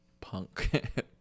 punk